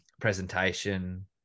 presentation